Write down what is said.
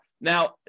Now